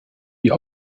die